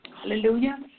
Hallelujah